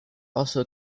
also